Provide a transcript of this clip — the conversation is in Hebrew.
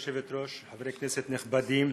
כבוד היושבת-ראש, חברי כנסת נכבדים,